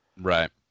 Right